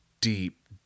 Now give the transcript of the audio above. deep